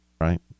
right